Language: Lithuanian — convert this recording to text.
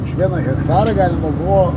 iš vieno hektaro galima buvo